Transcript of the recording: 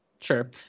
Sure